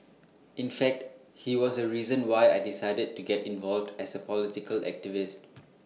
in fact he was A reason why I decided to get involved as A political activist